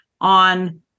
on